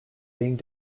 being